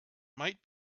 might